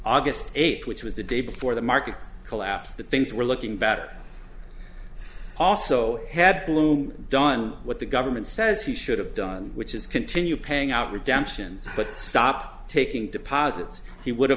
august eighth which was the day before the market collapse that things were looking better also had gloom done what the government says he should have done which is continue paying out redemptions but stop taking deposits he would